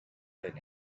learn